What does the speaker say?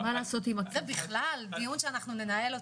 זה דיון שננהל אותו.